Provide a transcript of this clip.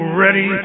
ready